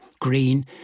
green